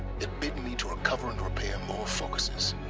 it bid me to recover and repair more focuses